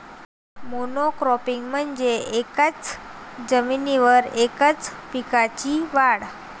monocropping म्हणजे एकाच जमिनीवर एकाच पिकाची वाढ